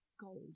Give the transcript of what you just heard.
gold